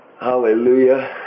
hallelujah